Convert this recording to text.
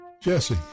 Jesse